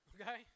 Okay